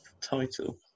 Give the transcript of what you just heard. title